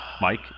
Mike